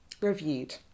reviewed